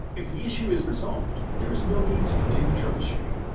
if the issue is resolved, there is no need to continue troubleshooting.